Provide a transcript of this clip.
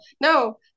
No